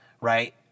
right